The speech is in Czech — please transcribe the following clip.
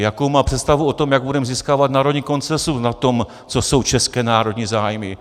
Jakou má představu o tom, jak budeme získávat národní konsenzus na tom, co jsou české národní zájmy?